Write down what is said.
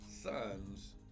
Sons